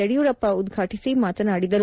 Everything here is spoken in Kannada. ಯಡಿಯೂರಪ್ಪ ಉದ್ವಾಟಿಸಿ ಮಾತನಾಡಿದರು